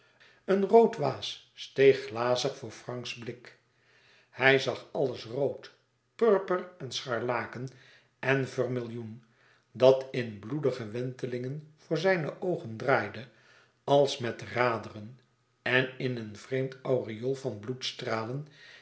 een rood waas steeg gazig voor franks blik hij zag alles rood purper en scharlaken en vermillioen dat in bloedige wentelingen voor zijne oogen draaide als met raderen en in een vreemd aureool van